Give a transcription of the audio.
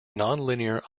nonlinear